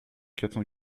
quatre